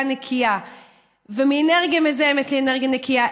נקייה ומאנרגיה מזהמת לאנרגיה נקייה?